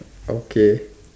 okay